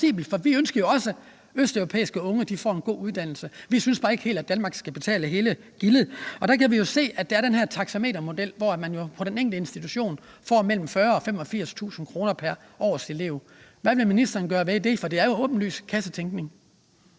vi ønsker jo også, at østeuropæiske unge får en god uddannelse, vi synes bare ikke helt, at Danmark skal betale hele gildet. Der er den her taxametermodel, og på den enkelte institution får man mellem 40.000 og 85.000 kr. pr. år pr. elev. Hvad vil ministeren gøre ved det, for det er jo åbenlys kassetænkning?